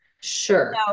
Sure